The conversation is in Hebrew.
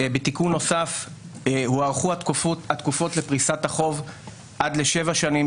בתיקון נוסף הוארכו התקופות לפריסת החוב עד לשבע שנים,